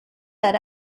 that